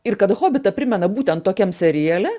ir kad hobitą primena būtent tokiam seriale